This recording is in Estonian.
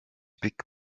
pikk